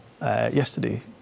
yesterday